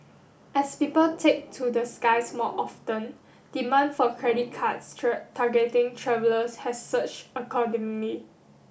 as people take to the skies more often demand for credit cards targeting travellers has surged accordingly